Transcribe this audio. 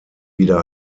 wieder